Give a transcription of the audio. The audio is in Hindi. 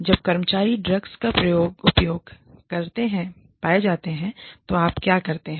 जब कर्मचारी ड्रग्स का उपयोग करते पाए जाते हैं तो आप क्या करते हैं